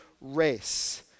race